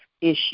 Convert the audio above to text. issue